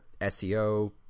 SEO